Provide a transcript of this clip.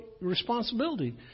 responsibility